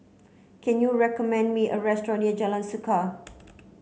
can you recommend me a restaurant near Jalan Suka